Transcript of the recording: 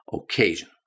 occasion